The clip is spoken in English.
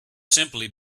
simply